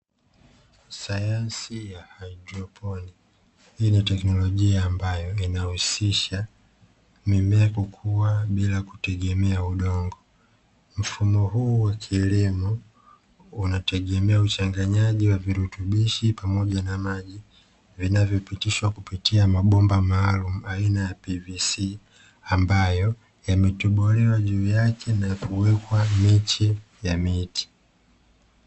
Sayansi ya haidroponi, hii ni teknolojia ambayo inahusisha mimea kwa kukua bila kutegemea udongo, mfumo huu wa kilimo unategemea uchanganyaji wa virutubishi pamoja na maji, vinavyopitishwa kupitia mabomba maalumu aina ya ''PVC" ambayo yametobolewa juu yake na kuwekwa miche ya miti.